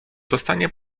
dostanie